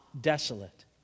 desolate